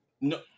no